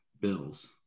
Bills